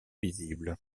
visible